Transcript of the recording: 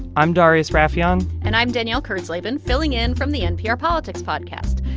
i'm darius rafieyan and i'm danielle kurtzleben filling in from the npr politics podcast.